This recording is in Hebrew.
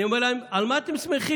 אני אומר להם: על מה אתם שמחים?